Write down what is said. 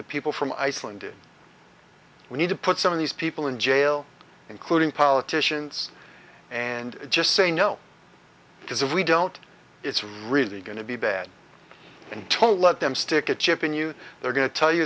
the people from iceland did we need to put some of these people in jail including politicians and just say no because if we don't it's really going to be bad and told let them stick a chip in you they're going to tell you